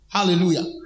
Hallelujah